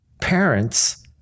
parents